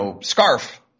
scarf